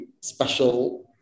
special